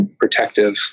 protective